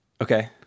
Okay